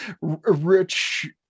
rich